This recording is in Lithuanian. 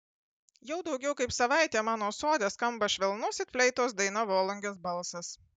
jau daugiau kaip savaitė mano sode skamba švelnus it fleitos daina volungės balsas